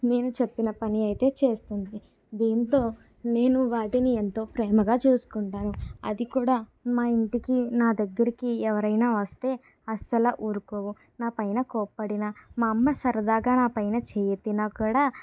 నేను చెప్పిన పని అయితే చేస్తుంది దీంతో నేను వాటిని ఎంతో ప్రేమగా చూసుకుంటాను అది కూడా మా ఇంటికి నా దగ్గరకి ఎవరైన వస్తే అసలు ఊరుకోవు నాపైన కోపడిన మా అమ్మ సరదాగా నా పైన చేయి ఎత్తిన కూడా